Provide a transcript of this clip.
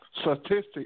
statistics